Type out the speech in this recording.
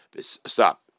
Stop